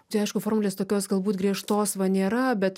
čia aišku formulės tokios galbūt griežtos va nėra bet